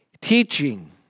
teaching